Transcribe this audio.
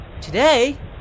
Today